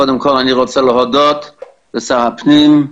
קודם כל אני רוצה להודות לשר הפנים,